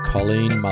Colleen